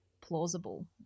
plausible